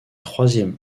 troisième